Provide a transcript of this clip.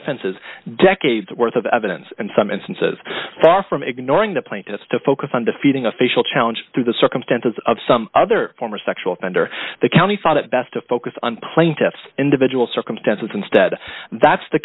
offenses decades worth of evidence and some instances far from ignoring the plaintiffs to focus on defeating a facial challenge to the circumstances of some other former sexual offender the county thought it best to focus on plaintiff's individual circumstances instead that's the